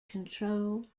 control